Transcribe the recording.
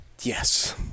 Yes